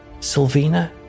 Sylvina